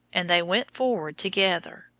and they went forward together.